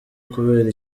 kubera